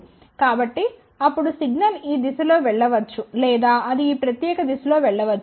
కాబట్టి అప్పుడు సిగ్నల్ ఈ దిశలో వెళ్ళవచ్చు లేదా అది ఈ ప్రత్యేక దిశలో వెళ్ళవచ్చు